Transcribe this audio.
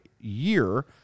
year